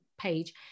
page